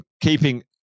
keeping